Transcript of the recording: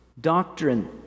doctrine